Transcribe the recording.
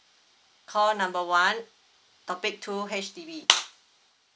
call number one topic two H_D_B